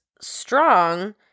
strong